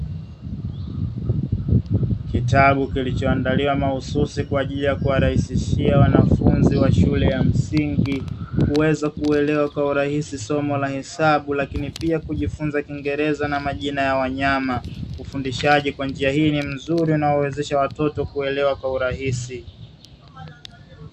Kitabu kilichoandaliwa mahususi kwa ajili ya kuwarahisishia wanafunzi wa shule ya msingi kuweza kuelewa kwa urahisi somo la hesabu, lakini pia kujifunza kiingereza na majina ya wanyama ufundishaji kwa njia hii ni mzuri unaowezesha watoto kuelewa kwa urahisi.